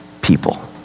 people